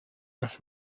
nos